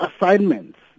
assignments